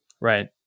Right